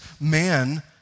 man